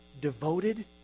devoted